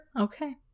Okay